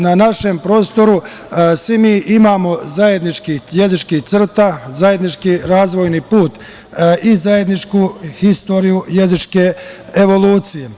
Na našem prostoru svi mi imamo zajedničkih jezičkih crta, zajednički razvojni put i zajedničku istoriju jezičke evolucije.